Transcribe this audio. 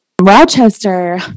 Rochester